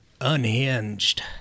unhinged